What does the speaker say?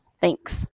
Thanks